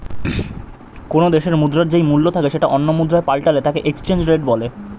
কোনো দেশের মুদ্রার যেই মূল্য থাকে সেটা অন্য মুদ্রায় পাল্টালে তাকে এক্সচেঞ্জ রেট বলে